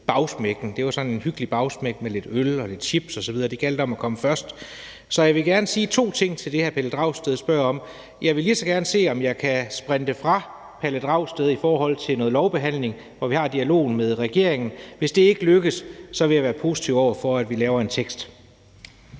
bagsmækken. Det var sådan en hyggelig bagsmæk med lidt øl og lidt chips osv. Det gjaldt om at komme først. Jeg vil gerne sige to ting til det, hr. Pelle Dragsted spørger om. Jeg vil gerne se, om jeg kan sprinte fra Pelle Dragsted i forhold til noget lovbehandling, hvor vi har dialogen med regeringen. Hvis det ikke lykkes, vil jeg være positiv over for, at vi laver en tekst.